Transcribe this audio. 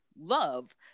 love